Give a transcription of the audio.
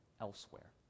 elsewhere